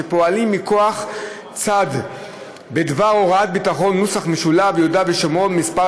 שפועלים מכוח צו בדבר הוראת ביטחון (יהודה והשומרון) (מס'